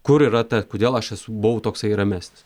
kur yra ta kodėl aš esu buvau toksai ramesnis